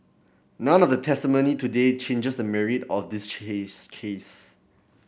none of the testimony today changes the merit of this case